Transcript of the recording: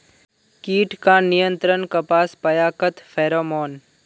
कीट का नियंत्रण कपास पयाकत फेरोमोन?